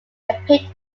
appeared